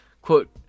Quote